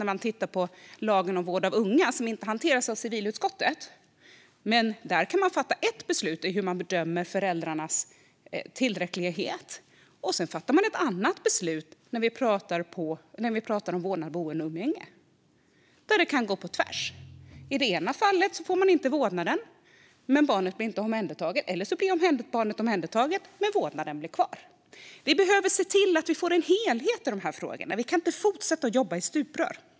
När det gäller lagen om vård av unga, som inte hanteras av civilutskottet, kan man fatta ett beslut i hur man bedömer föräldrarnas tillräcklighet och sedan fatta ett annat beslut när det gäller vårdnad, boende och umgänge. Och de kan gå på tvärs med varandra. I det ena fallet får man inte vårdnaden, men barnet blir inte omhändertaget. Eller också blir barnet omhändertaget, men vårdnaden blir kvar. Vi behöver se till att vi får en helhet i de här frågorna; vi kan inte fortsätta jobba i stuprör.